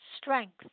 strength